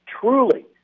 truly